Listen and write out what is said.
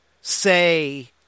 say